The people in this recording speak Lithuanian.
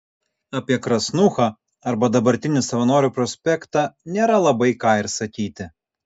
apie krasnūchą arba dabartinį savanorių prospektą nėra labai ką ir sakyti